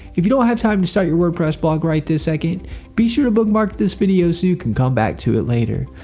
if you don't have time to start your wordpress blog right this second be sure to bookmark this video so you can come back to it later.